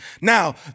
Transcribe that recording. Now